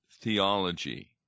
theology